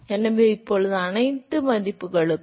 எனவே இப்போது அனைத்து மதிப்புகளுக்கும்